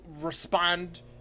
respond